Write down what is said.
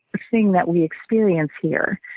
thing that we experience here.